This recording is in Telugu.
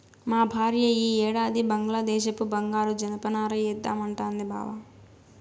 మా భార్య ఈ ఏడాది బంగ్లాదేశపు బంగారు జనపనార ఏద్దామంటాంది బావ